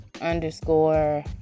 underscore